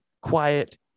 quiet